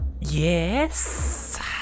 Yes